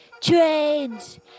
Trains